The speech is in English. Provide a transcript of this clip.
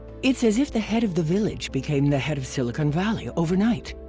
it's as if the head of the village became the head of silicon valley overnight!